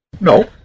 No